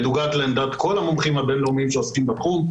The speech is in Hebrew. מנוגד לעמדת כל המומחים הבין-לאומיים שעוסקים בתחום.